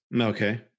Okay